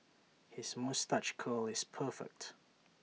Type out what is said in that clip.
his moustache curl is perfect